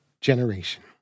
generation